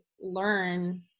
learn